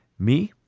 me?